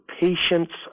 patients